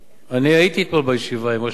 אני הייתי פה בישיבה עם ראש הממשלה,